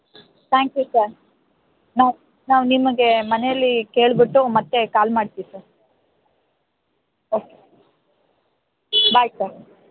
thank you sir ನಾವು ನಾವು ನಿಮಗೆ ಮನೆಯಲ್ಲಿ ಕೇಳಿಬಿಟ್ಟು ಮತ್ತೆ ಕಾಲ್ ಮಾಡ್ತೀವಿ ಸರ್ ಓಕೆ ಬಾಯ್ ಸರ್